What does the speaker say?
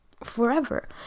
forever